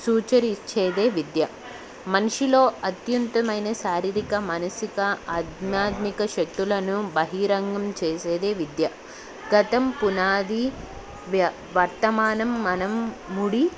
సూచించేదే విద్య మనిషిలో అత్యంతమైన శారీరిక మనసిక ఆధ్యాత్మిక శక్తులను బహిరంగం చేసేదే విద్య గతం పునాది వర్తమానం మనము